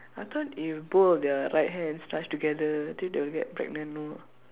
I thought if both of their right hands touch together then they will get pregnant no ah